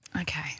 Okay